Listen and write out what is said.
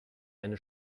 eine